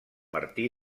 martí